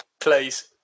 please